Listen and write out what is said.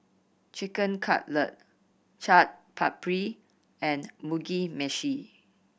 Chicken Cutlet Chaat Papri and Mugi Meshi